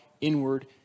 inward